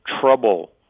trouble